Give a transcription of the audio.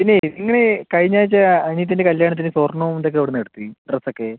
പിന്നെ നിങ്ങൾ കഴിഞ്ഞാഴ്ച്ച അനിയത്തീൻ്റെ കല്യാണത്തിന് സ്വർണ്ണവും മുണ്ടൊക്കെ എവിടെ നിന്നാണ് എടുത്തത് ഡ്രെസ്സൊക്കെ